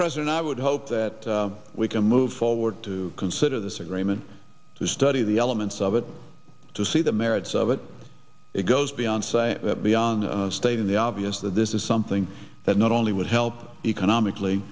president i would hope that we can move forward to consider this agreement to study the elements of it to see the merits of it it goes beyond beyond stating the obvious that this is something that not only would help economically